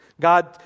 God